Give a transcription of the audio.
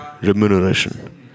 remuneration